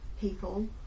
people